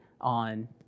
on